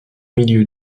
milieu